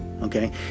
okay